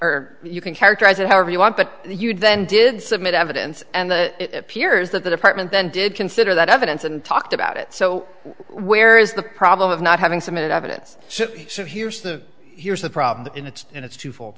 or you can characterize it however you want but you would then did submit evidence and it appears that the department then did consider that evidence and talked about it so where is the problem of not having submitted evidence so here's the here's the problem in it's in it's twofold